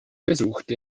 besuchte